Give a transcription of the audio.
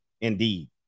Indeed